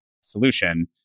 solution